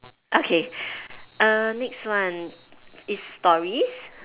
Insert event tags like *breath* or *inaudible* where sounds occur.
okay *breath* err next one is stories